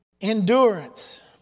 endurance